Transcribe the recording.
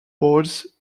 boards